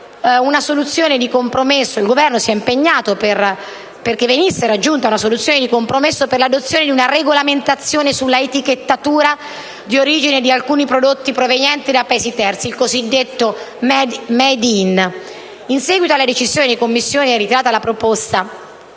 il Governo si è impegnato perché venisse raggiunta una soluzione di compromesso per l'adozione di una regolamentazione sulla etichettatura di origine di alcuni prodotti provenienti da Paesi terzi (il cosiddetto *made in)*. In seguito alla decisione della Commissione di ritirare la proposta,